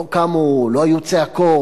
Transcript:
לא קמו, לא היו צעקות.